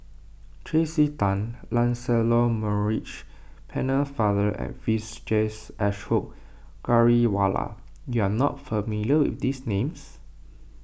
Tracey Tan Lancelot Maurice Pennefather and Vijesh Ashok Ghariwala you are not familiar with these names